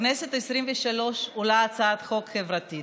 בכנסת העשרים-ושלוש עולה הצעת חוק חברתית.